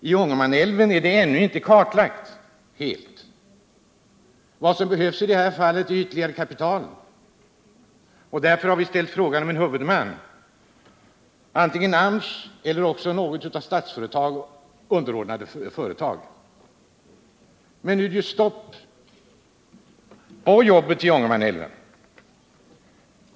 I Ångermanälven är det ännu inte helt kartlagt. Vad som behövs i det här fallet är ytterligare kapital. Därför har vi rest frågan om att till huvudman få antingen AMS eller något av Statsföretag underordnade företag. Nu är det stopp för jobben i Ångermanälven.